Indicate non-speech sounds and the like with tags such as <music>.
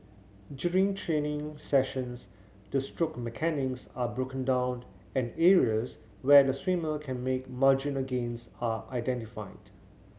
during training sessions the stroke <unintelligible> are broken down and areas where the swimmer can make marginal gains are identified